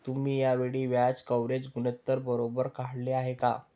तुम्ही या वेळी व्याज कव्हरेज गुणोत्तर बरोबर काढले आहे का?